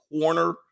corner